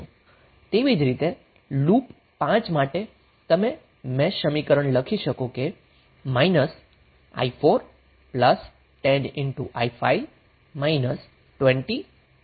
તેવી જ રીતે લૂપ 5 માટે તમે મેશ સમીકરણ તરીકે i4 10i5 20 5i 0 લખી શકો છો